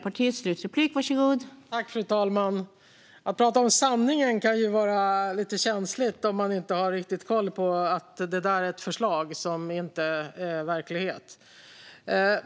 Fru talman! Att prata om sanningen kan vara lite känsligt om man inte riktigt har koll på att det där är ett förslag som inte är verklighet.